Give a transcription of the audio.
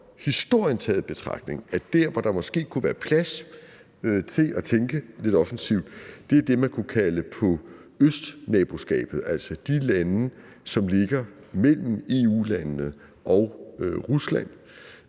historien taget i betragtning, at der, hvor der måske kunne være plads til at tænke lidt offensivt, er i forhold til det, man kunne kalde østnaboskabet, altså de lande, som ligger mellem EU-landene og Rusland.